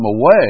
away